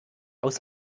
aus